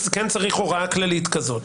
אז כן צריך הוראה כללית כזאת.